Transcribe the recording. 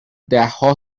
دهها